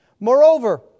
Moreover